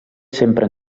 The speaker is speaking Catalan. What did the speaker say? sempre